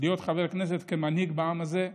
להיות חבר כנסת, כמנהיג בעם הזה,